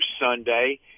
Sunday